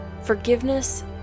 Forgiveness